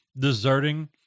deserting